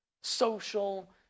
social